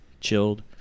chilled